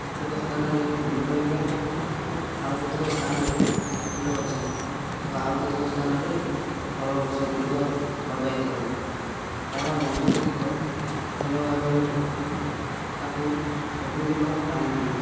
କେତେକ ସ୍ଥାନରେ ପନିପରିବା ତ ଆଉ କେତେକ ସ୍ଥାନରେ ଫୁଲ ଗଛ ତ ଆଉ କେତେକ ସ୍ଥାନରେ ଫଳ ଗଛଗୁଡ଼ିକ ଲଗାଇଥାଉ ତାର ମଞ୍ଜି ଗୁଡ଼ିକ ଭଲଭାବରେ ପୋତି ତାକୁ ସବୁଦିନ ପାଣିଦିଏ